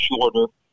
shorter